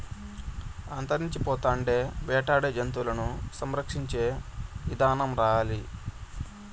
అంతరించిపోతాండే వేటాడే జంతువులను సంరక్షించే ఇదానం రావాలి